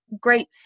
great